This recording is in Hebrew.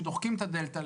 שדוחקים את הדלתא,